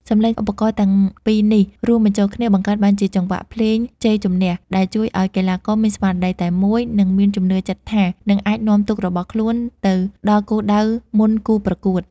សំឡេងឧបករណ៍ទាំងពីរនេះរួមបញ្ចូលគ្នា បង្កើតបានជាចង្វាក់ភ្លេងជ័យជំនះ ដែលជួយឱ្យកីឡាករមានស្មារតីតែមួយ និងមានជំនឿចិត្តថានឹងអាចនាំទូករបស់ខ្លួនទៅដល់គោលដៅមុនគូប្រកួត។